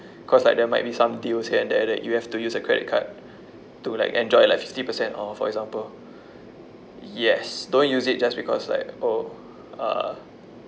because like there might be some deals here and there that you have to use a credit card to like enjoy like fifty percent off for example yes don't use it just because like oh uh